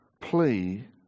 plea